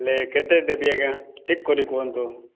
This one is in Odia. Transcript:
ଲେ କେତେ ଦେବୀ ଆଜ୍ଞା ଠିକ୍ କରି କୁହନ୍ତୁ